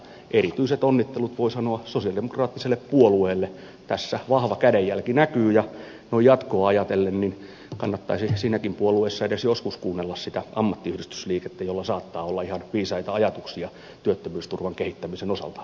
erityiset onnittelut voi sanoa sosialidemokraattiselle puolueelle tässä vahva kädenjälki näkyy ja noin jatkoa ajatellen kannattaisi siinäkin puolueessa edes joskus kuunnella sitä ammattiyhdistysliikettä jolla saattaa olla ihan viisaita ajatuksia työttömyysturvan kehittämisen osalta